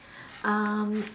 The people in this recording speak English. um